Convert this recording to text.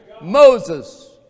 Moses